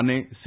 અને સી